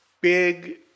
big